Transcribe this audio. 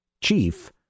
Chief